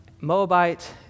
Moabite